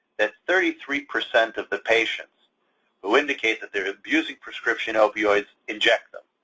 that thirty three percent of the patients who indicate that they're abusing prescription opioids inject them.